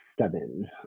seven